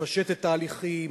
לפשט את ההליכים,